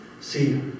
See